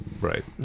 Right